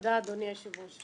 תודה אדוני היושב-ראש,